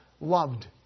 loved